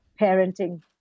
parenting